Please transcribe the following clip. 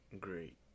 great